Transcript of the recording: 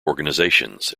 organizations